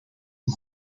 ten